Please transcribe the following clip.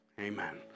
Amen